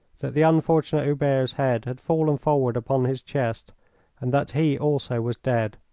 that the unfortunate hubert's head had fallen forward upon his chest and that he also was dead.